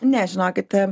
ne žinokite